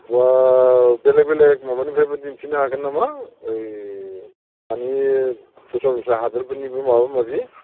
बा बेलेग बेलेग माबानिफ्रायबो दिन्थिनो हागोन नामा ओइ दानि दस्रा दस्रा हादरफोरनिबो माबा माबि